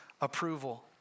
approval